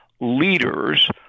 leaders